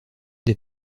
des